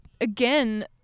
again